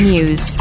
News